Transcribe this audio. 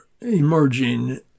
emerging